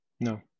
No